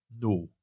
no